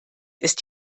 ist